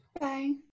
Bye